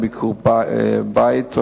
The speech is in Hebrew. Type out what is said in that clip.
כולל העלויות התקציביות הנדרשות.